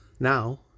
Now